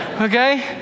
okay